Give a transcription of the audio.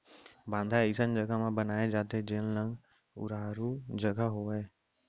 बांधा अइसन जघा म बनाए जाथे जेन लंग उरारू जघा होवय